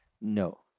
No